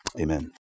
Amen